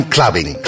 Clubbing